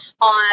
on